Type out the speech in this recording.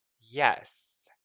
Yes